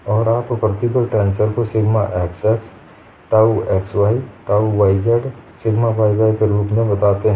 और आप प्रतिबल टेंसर को sigma xx tau xy tau yx sigma yy के रूप में बताते हैं